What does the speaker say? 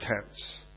tents